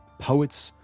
poets,